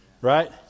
right